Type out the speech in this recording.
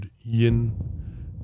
yin